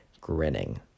grinning